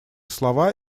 слова